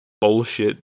bullshit